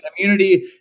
community